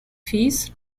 fees